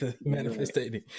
manifesting